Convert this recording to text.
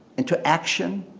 into action,